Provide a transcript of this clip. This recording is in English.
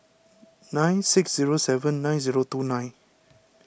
nine six zero seven nine zero two nine